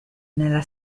nella